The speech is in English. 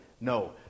No